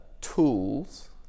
tools